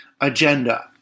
Agenda